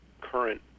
current